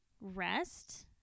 rest